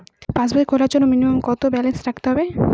পাসবই খোলার জন্য মিনিমাম কত ব্যালেন্স রাখতে হবে?